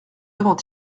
avant